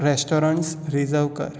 restaurants reserve कर